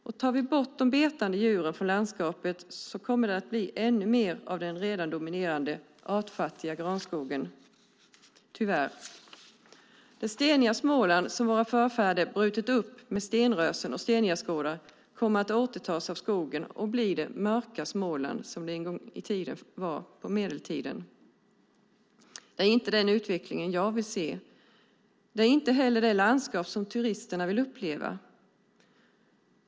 Om vi tar bort de betande djuren från landskapet kommer det att bli ännu mer av den redan dominerande artfattiga granskogen, tyvärr. Det steniga Småland som våra förfäder brutit upp med stenrösen och stengärdsgårdar kommer att återtas av skogen och bli det mörka Småland som det var på medeltiden. Det är inte den utveckling jag vill se. Det är inte heller det landskap som turisterna vill uppleva.